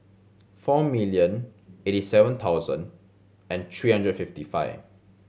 four million eighty seven thousand and three hundred and fifty five